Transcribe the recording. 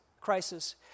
crisis